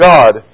God